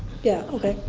yeah, okay.